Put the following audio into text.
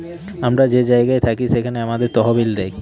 আমরা যে জায়গায় থাকি সেখানে আমাদের তহবিল দেয়